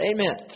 Amen